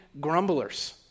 grumblers